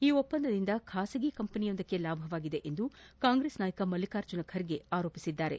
ಈ ಒಪ್ಪಂದದಿಂದ ಖಾಸಗಿ ಕಂಪೆನಿಯೊಂದಕ್ಕೆ ಲಾಭವಾಗಿದೆ ಎಂದು ಕಾಂಗ್ರೆಸ್ ನಾಯಕ ಮಲ್ಲಿಕಾರ್ಜುನ ಖರ್ಗೆ ಆರೋಪಿಸಿದ್ದಾರೆ